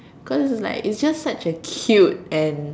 cause like it's just such a cute and